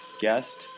guest